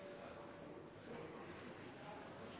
Her skal